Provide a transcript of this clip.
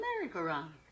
merry-go-round